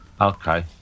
okay